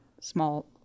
small